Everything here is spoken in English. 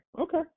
okay